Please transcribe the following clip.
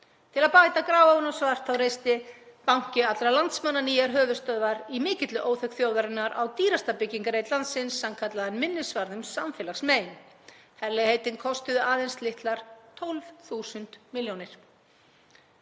Til að bæta gráu ofan á svart þá reisti banki allra landsmanna nýjar höfuðstöðvar í mikilli óþökk þjóðarinnar á dýrasta byggingarreit landsins, sannkallaðan minnisvarða um samfélagsmein. Herlegheitin kostuðu aðeins litlar 12.000 milljónir.